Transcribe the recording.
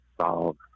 solve